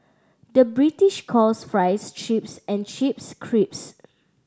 the British calls fries chips and chips crisps